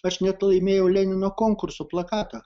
aš net laimėjau lenino konkurso plakatą